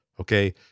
okay